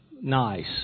Nice